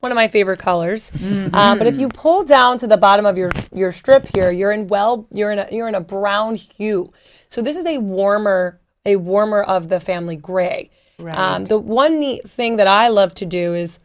one of my favorite colors but if you pull down to the bottom of your your strip here you're in well you're in a you're in a brown hue so this is a warmer a warmer of the family gray the one nice thing that i love to do is